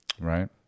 Right